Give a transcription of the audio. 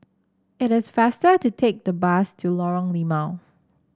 it is faster to take the bus to Lorong Limau